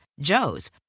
Joe's